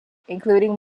including